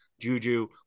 juju